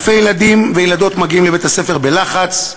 אלפי ילדים וילדות מגיעים לבית-הספר בלחץ,